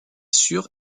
sûre